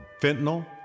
Fentanyl